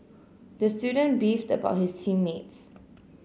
the student beefed about his team mates